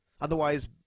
Otherwise